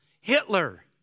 Hitler